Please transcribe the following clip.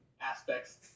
aspects